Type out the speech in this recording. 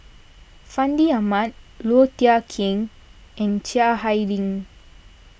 Fandi Ahmad Low Thia Khiang and Chiang Hai Ling